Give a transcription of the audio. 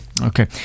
Okay